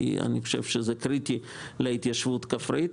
כי אני חושב שזה קריטי להתיישבות הכפרית.